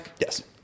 Yes